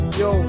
yo